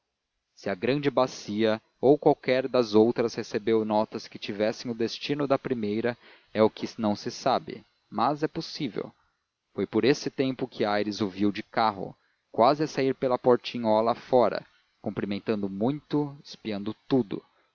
se a grande bacia ou qualquer das outras recebeu notas que tivessem o destino da primeira é o que se não sabe mas é possível foi por esse tempo que aires o viu de carro quase a sair pela portinhola fora cumprimentando muito espiando tudo